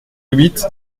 huit